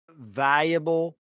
valuable